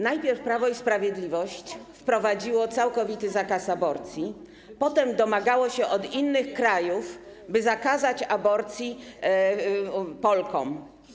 Najpierw Prawo i Sprawiedliwość wprowadziło całkowity zakaz aborcji, potem domagało się od innych krajów, by zakazać aborcji Polkom.